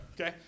Okay